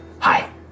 Hi